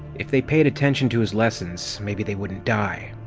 if they paid attention to his lessons, maybe they wouldn't die.